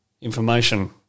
information